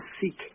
seek